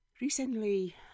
Recently